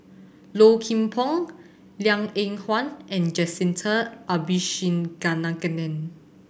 Low Kim Pong Liang Eng Hwa and Jacintha Abisheganaden